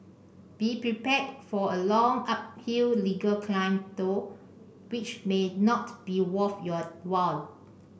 be prepared for a long uphill legal climb though which may not be worth your while